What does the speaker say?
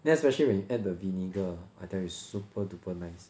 then especially when you add the vinegar ah I tell you it's super duper nice